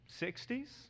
60s